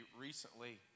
recently